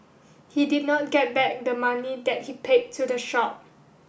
he did not get back the money that he paid to the shop